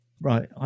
right